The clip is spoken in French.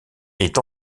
est